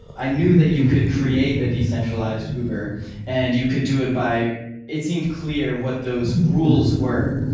i knew that you could create a decentralized uber and you could do it by it seems clear what those rules were.